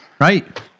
Right